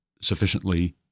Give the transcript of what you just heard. sufficiently